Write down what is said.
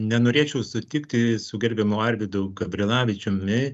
nenorėčiau sutikti su gerbiamu arvydu gabrilavičiumi